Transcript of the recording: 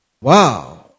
Wow